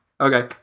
Okay